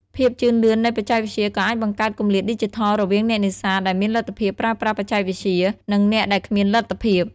ភាពជឿនលឿននៃបច្ចេកវិទ្យាក៏អាចបង្កើតគម្លាតឌីជីថលរវាងអ្នកនេសាទដែលមានលទ្ធភាពប្រើប្រាស់បច្ចេកវិទ្យា និងអ្នកដែលគ្មានលទ្ធភាព។